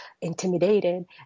Intimidated